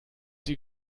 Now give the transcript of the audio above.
sie